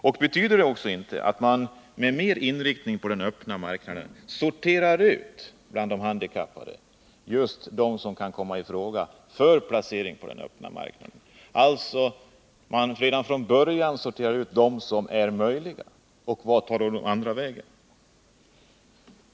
Och betyder det inte också att man med inriktning mer på den öppna marknaden bland de handikappade sorterar ut just dem som kan placeras på den öppna marknaden, alltså att de redan från början lämpliga väljs? Men vart tar då de andra vägen?